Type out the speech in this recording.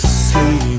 see